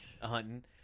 hunting